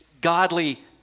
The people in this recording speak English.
godly